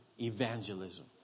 evangelism